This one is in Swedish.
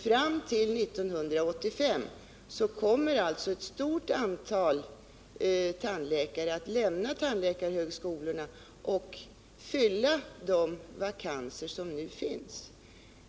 Fram till 1985 kommer alltså ett stort antal tandläkare att lämna tandläkarhögskolorna och fylla de vakanser som nu finns.